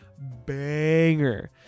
banger